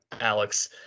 Alex